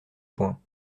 point